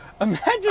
imagine